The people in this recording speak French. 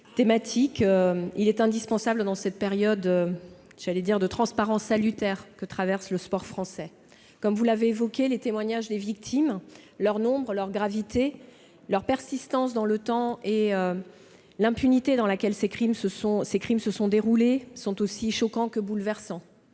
thématique et il est indispensable dans cette période de transparence salutaire que traverse le sport français. Comme vous l'avez dit, les témoignages des victimes, leur nombre, la gravité des faits, leur persistance dans le temps et l'impunité dans laquelle ils se sont déroulés sont aussi choquants que bouleversants.